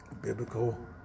biblical